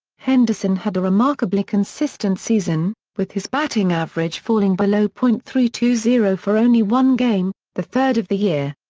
henderson had a remarkably consistent season, with his batting average falling below point three two zero for only one game, the third of the year.